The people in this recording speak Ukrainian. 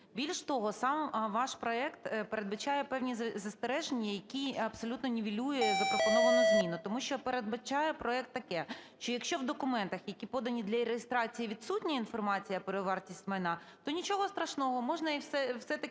Більше того, сам ваш проект передбачає певні застереження, які абсолютно нівелюють запропоновану зміну. Тому що передбачає проект таке: що якщо у документах, які подані для реєстрації, відсутня інформація про вартість майна, то нічого страшного, можна все-таки